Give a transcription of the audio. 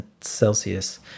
Celsius